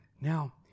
Now